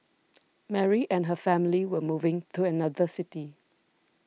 Mary and her family were moving to another city